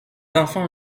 enfants